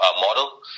model